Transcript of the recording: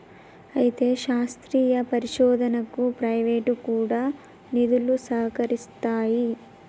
అయితే శాస్త్రీయ పరిశోధనకు ప్రైవేటు కూడా నిధులు సహకరిస్తాయి